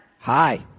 Hi